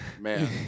Man